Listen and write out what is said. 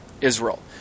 Israel